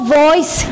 voice